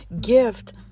gift